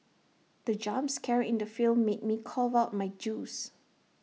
the jump scare in the film made me cough out my juice